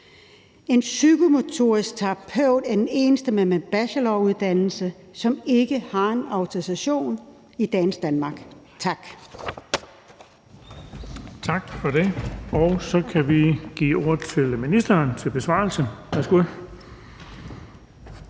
En psykomotorisk terapeut er den eneste med en bacheloruddannelse, som ikke har en autorisation i dagens Danmark. Tak.